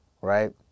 right